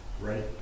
Right